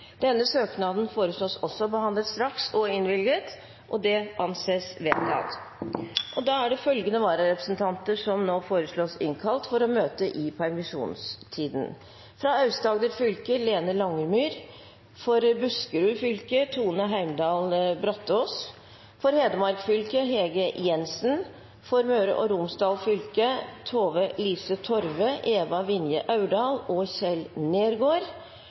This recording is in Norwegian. og innvilges. Følgende vararepresentanter innkalles for å møte i permisjonstiden: For Aust-Agder fylke: Lene LangemyrFor Buskerud fylke: Tone Heimdal BrataasFor Hedmark fylke: Hege JensenFor Møre og Romsdal fylke: Tove-Lise Torve, Eva Vinje Aurdal og